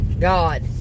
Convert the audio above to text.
God